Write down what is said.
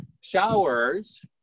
showers